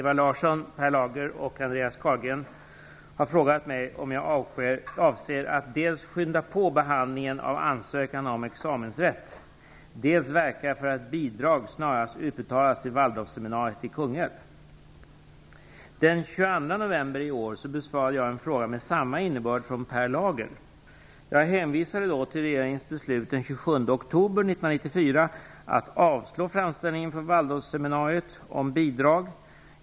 Carlgren har frågat mig om jag avser att dels skynda på behandlingen av ansökan om examensrätt, dels verka för att bidrag snarast utbetalas till Den 22 november i år besvarade jag en fråga med samma innebörd från Per Lager. Jag hänvisade då till regeringens beslut den 27 oktober 1994 att avslå framställningen från Waldorfseminariet om bidrag.